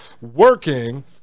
working